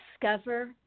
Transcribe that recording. discover